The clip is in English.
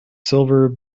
silver